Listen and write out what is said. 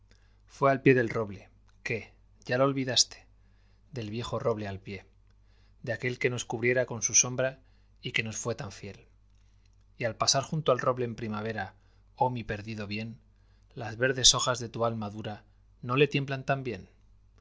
fué al pié del roble qué ya lo olvidaste del viejo roble al pié de aquel que nos cubriera con su sombra y que nos fué tan fiel y al pasar junto al roble en primavera oh mi perdido bien las verdes hojas á tu alma dura no le tiemblan tímbién